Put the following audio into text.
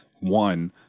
one